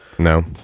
No